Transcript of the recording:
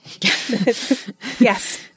Yes